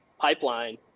pipeline